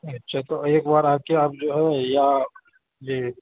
اچھا تو ایک بار آ کے آپ جو ہے یا جی